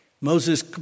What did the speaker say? Moses